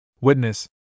Witness